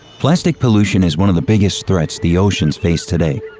plastic pollution is one of the biggest threats the oceans face today.